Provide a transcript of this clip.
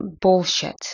bullshit